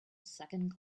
second